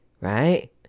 right